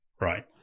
right